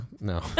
no